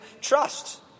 trust